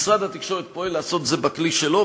משרד התקשורת פועל לעשות את זה בכלי שלו,